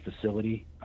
facility